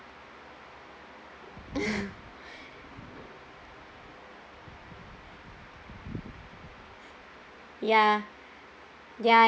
ya ya and